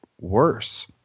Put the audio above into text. worse